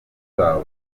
zabo